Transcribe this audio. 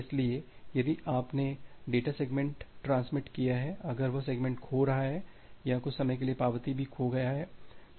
इसलिए यदि आपने डेटा सेगमेंट ट्रांसमिट किया है अगर वह सेगमेंट खो रहा है या कुछ समय के लिए पावती भी खो सकती है